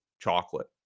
chocolate